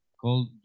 called